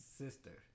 sister